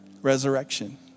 resurrection